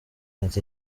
ati